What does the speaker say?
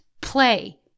Play